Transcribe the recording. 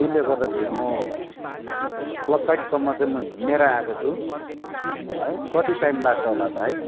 त्यसले गर्दाखेरि म क्लब साइडसम्म चाहिँ म हिँडेर आएको छु है कति टाइम लाग्छ होला भाइ